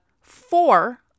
Four